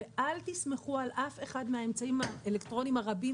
ואל תסמכו על אף אחד מהאמצעים האלקטרוניים הרבים